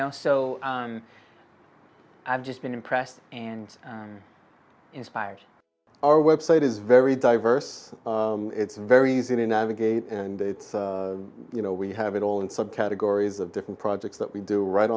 know so i've just been impressed and inspired our website is very diverse it's very easy to navigate and it's you know we have it all in subcategories of different projects that we do right